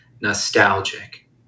nostalgic